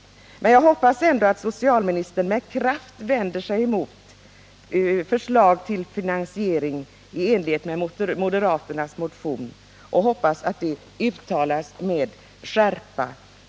Men jag hoppas ändå att socialministern med kraft vänder sig mot ett förslag till finansiering i enlighet med moderaternas motion, och jag hoppas att detta uttalas med skärpa.